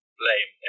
blame